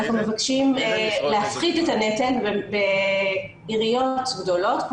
אנחנו מבקשים להפחית את הנטל בעיריות גדולות,